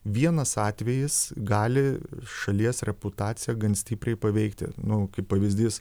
vienas atvejis gali šalies reputaciją gan stipriai paveikti nu kaip pavyzdys